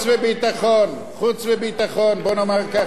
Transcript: בוא נאמר כך, אני לא לוקח את זה אלי.